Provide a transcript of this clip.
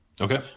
Okay